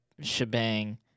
shebang